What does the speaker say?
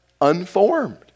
unformed